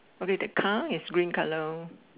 okay the car is green colour